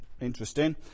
interesting